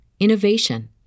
innovation